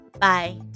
Bye